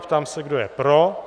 Ptám se, kdo je pro.